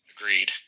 Agreed